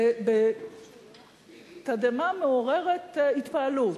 בתדהמה מעוררת התפעלות.